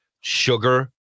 Sugar